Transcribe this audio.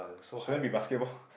shouldn't be basketball ppo